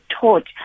taught